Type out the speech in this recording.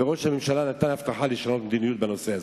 וראש הממשלה נתן הבטחה לשנות את המדיניות בנושא הזה.